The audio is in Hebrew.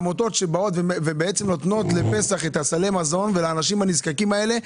לא יהיו עמותות שבאות ונותנות את סלי המזון לפסח לאנשים הנזקקים האלה.